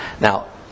Now